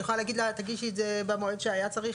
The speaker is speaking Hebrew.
אני יכולה להגיד לה שתגיש במועד שהיה צריך,